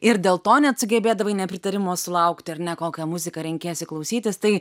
ir dėl to net sugebėdavai nepritarimo sulaukti ar ne kokią muziką renkiesi klausytis tai